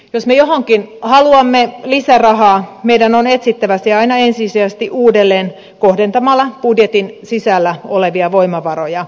jos me johonkin haluamme lisärahaa meidän on etsittävä se aina ensisijaisesti uudelleen kohdentamalla budjetin sisällä olevia voimavaroja